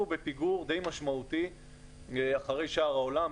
אנחנו בפיגור די משמעותי אחרי שאר העולם,